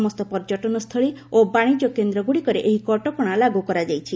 ସମସ୍ତ ପର୍ଯ୍ୟଟନସ୍ଥଳୀ ଓ ବାଣିଜ୍ୟ କେନ୍ଦ୍ରଗୁଡ଼ିକରେ ଏହି କଟକଣା ଲାଗୁ କରାଯାଇଛି